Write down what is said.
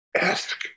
ask